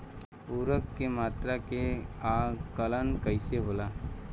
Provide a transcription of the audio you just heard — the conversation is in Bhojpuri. उर्वरक के मात्रा के आंकलन कईसे होला?